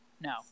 No